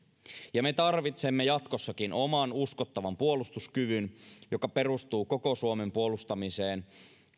ja me tarvitsemme jatkossakin oman uskottavan puolustuskyvyn joka perustuu koko suomen puolustamiseen